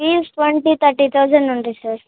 fee twenty thirty thousand ఉంటుంది sir